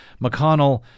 McConnell